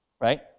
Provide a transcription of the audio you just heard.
Right